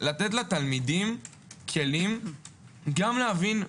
לתת לתלמידים כלים להבין,